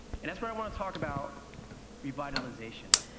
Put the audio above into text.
and that's why i want to talk about revitalization.